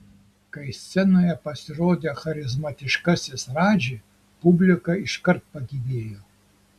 kai scenoje pasirodė charizmatiškasis radži publika iškart pagyvėjo